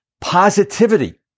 positivity